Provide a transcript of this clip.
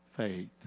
faith